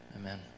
amen